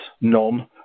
non